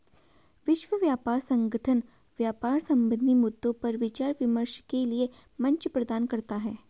विश्व व्यापार संगठन व्यापार संबंधी मद्दों पर विचार विमर्श के लिये मंच प्रदान करता है